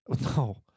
No